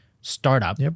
startup